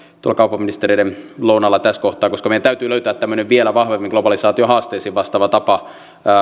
tuolla kauppaministereiden lounaalla tässä kohtaa koska meidän täytyy löytää tämmöinen vielä vahvemmin globalisaation haasteisiin vastaava tapa